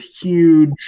huge